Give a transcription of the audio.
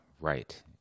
Right